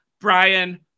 Brian